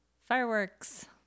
Fireworks